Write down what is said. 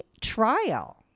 trial